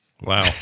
Wow